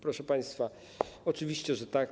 Proszę państwa, oczywiście, że tak.